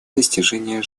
достижения